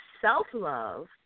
self-love